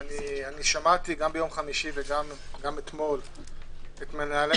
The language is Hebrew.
שמעתי גם ביום חמישי וגם אתמול את מנהלי